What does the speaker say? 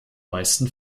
meisten